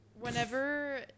whenever